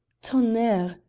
tonnerre!